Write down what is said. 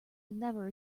never